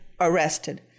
arrested